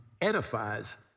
edifies